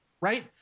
Right